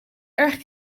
erg